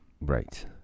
Right